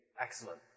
Excellent